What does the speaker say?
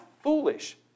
foolish